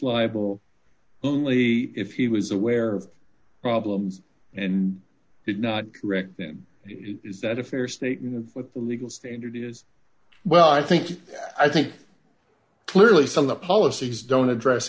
liable only if he was aware of problems and did not correct them is that a fair statement of what the legal standard is well i think i think clearly some of the policies don't address